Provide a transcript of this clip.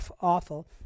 awful